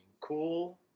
cool